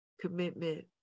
commitment